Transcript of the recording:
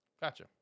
Gotcha